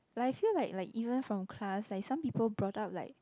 but I feel like like even from class like some people brought up like